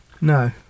no